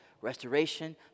restoration